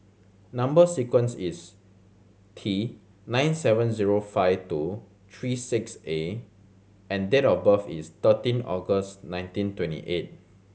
number sequence is T nine seven zero five two three six A and date of birth is thirteen August nineteen twenty eight